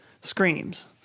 screams